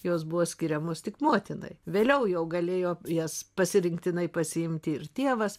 jos buvo skiriamos tik motinai vėliau jau galėjo jas pasirinktinai pasiimti ir tėvas